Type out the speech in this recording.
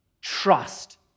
trust